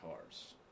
cars